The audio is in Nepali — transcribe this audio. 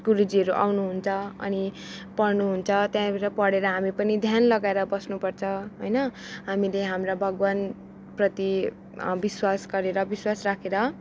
गुरुजीहरू आउनुहुन्छ अनि पढ्नुहुन्छ त्यहाँबाट पढेर हामी पनि ध्यान लगाएर बस्नुपर्छ होइन हामीले हाम्रा भगवान प्रति विश्वास गरेर विश्वास राखेर